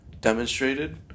demonstrated